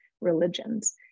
religions